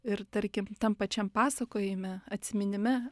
ir tarkim tam pačiam pasakojime atsiminime